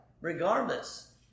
regardless